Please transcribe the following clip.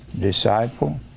disciple